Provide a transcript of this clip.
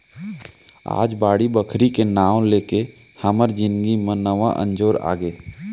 आज बाड़ी बखरी के नांव लेके हमर जिनगी म नवा अंजोर आगे